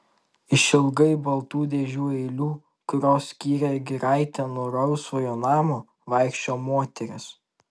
išilgai baltų dėžių eilių kurios skyrė giraitę nuo rausvojo namo vaikščiojo moteris